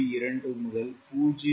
2 முதல் 0